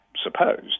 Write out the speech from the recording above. Supposed